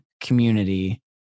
community